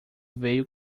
veio